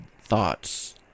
thoughts